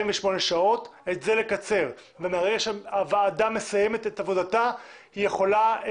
וכן לקצר את 24 השעות מרגע שהוועדה מסיימת את עבודתה ועד